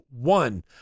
one